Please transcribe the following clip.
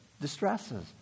Distresses